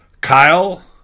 Kyle